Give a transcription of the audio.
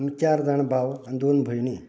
आमी चार जाण भाव आनी दोन भयणी